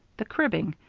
the cribbing.